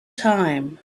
time